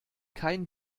kein